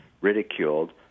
ridiculed